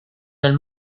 nel